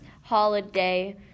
holiday